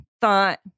thought